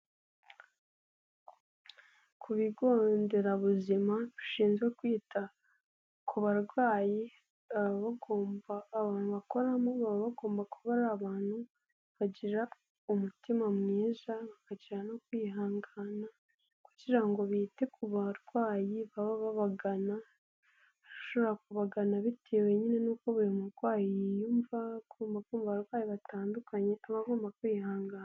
Ku bigo nderabuzima bashinzwe kwita ku barwayi abantu bakoramo baba bagomba kuba ari abantu bagira umutima mwiza bakakira no kwihangana kugira ngo bite ku barwayi baba babagana, ashobora kubagana bitewe nyine n'uko buri murwayi yiyumva, akumva abarwayi batandukanye aba agomba kwihangana.